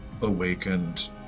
awakened